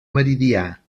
meridià